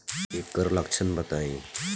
एकर लक्षण बताई?